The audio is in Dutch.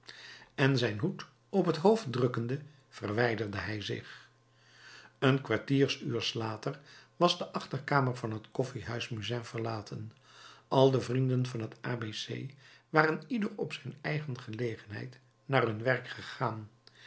en zijn hoed op het hoofd drukkende verwijderde hij zich een kwartieruurs later was de achterkamer van het koffiehuis musain verlaten al de vrienden van het a b c waren ieder op zijn eigen gelegenheid naar hun werk gegaan